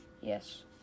Yes